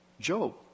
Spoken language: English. Job